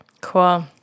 Cool